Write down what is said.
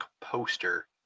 poster